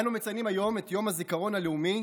אנו מציינים היום את יום הזיכרון הלאומי